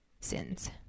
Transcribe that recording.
sins